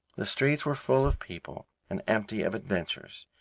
the streets were full of people and empty of adventures.